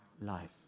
life